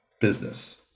business